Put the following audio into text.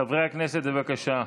חברי הכנסת, בבקשה.